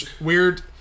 Weird